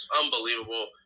unbelievable